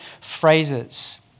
phrases